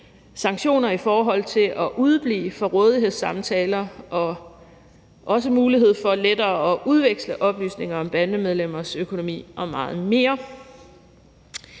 sanktioner i forhold til at udeblive fra rådighedssamtaler og også mulighed for lettere at udveksle oplysninger om bandemedlemmers økonomi og meget mere.